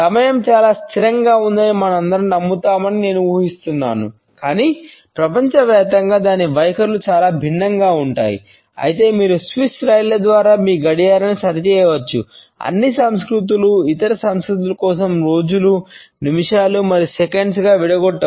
సమయం చాలా స్థిరంగా ఉందని మనమందరం నమ్ముతున్నామని నేను ఊహిస్తున్నాను కానీ ప్రపంచవ్యాప్తంగా దాని వైఖరులు చాలా భిన్నంగా ఉంటాయి అయితే మీరు స్విస్ విడగొట్టవు